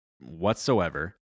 whatsoever